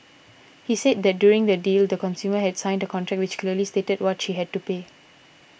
he said that during the deal the consumer had signed a contract which clearly stated what she had to pay